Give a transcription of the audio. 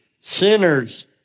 sinners